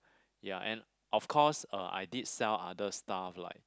ya and of course uh I did sell other stuff like